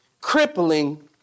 crippling